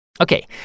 Okay